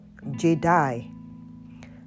Jedi